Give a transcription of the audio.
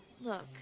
Look